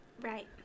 Right